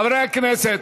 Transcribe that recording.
חברי הכנסת,